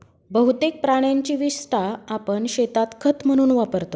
बहुतेक प्राण्यांची विस्टा आपण शेतात खत म्हणून वापरतो